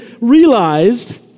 realized